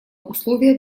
условие